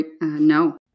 No